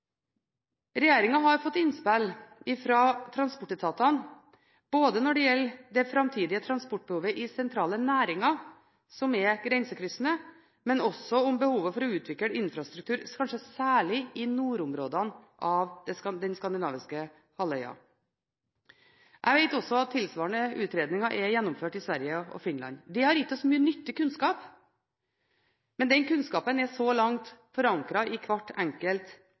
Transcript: har fått innspill fra transportetatene både når det gjelder det framtidige transportbehovet i sentrale næringer som er grensekryssende, og om behovet for å utvikle infrastrukturen, kanskje særlig i nordområdene av den skandinaviske halvøya. Jeg vet også at tilsvarende utredninger er gjennomført i Sverige og Finland. Det har gitt oss mye nyttig kunnskap, men den kunnskapen er så langt forankret i hvert enkelt